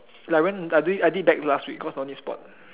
like when I did I did back last week cause no need spot